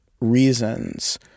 reasons